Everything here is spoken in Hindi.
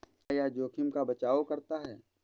क्या यह जोखिम का बचाओ करता है?